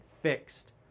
fixed